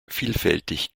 vielfältig